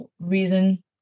reason